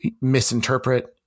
misinterpret